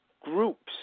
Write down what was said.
groups